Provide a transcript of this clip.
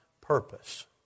purpose